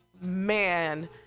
man